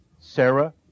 Sarah